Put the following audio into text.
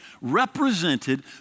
represented